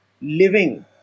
living